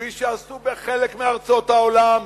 כפי שעשו בחלק מארצות העולם,